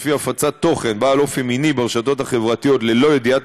שלפיו הפצת תוכן בעל אופי מיני ברשתות החברתיות ללא ידיעת